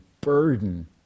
burden